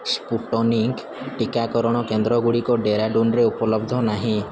Sputnik ଟିକାକରଣ କେନ୍ଦ୍ରଗୁଡ଼ିକ ଡେରାଡ଼ୁନରେ ଉପଲବ୍ଧ ନାହିଁ